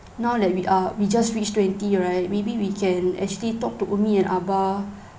now that we are we just reached twenty right maybe we can actually talk to ummi and abah